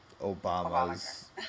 Obama's